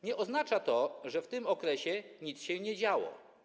Nie oznacza to, że w tym okresie nic się nie działo.